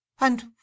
And